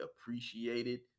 appreciated